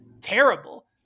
terrible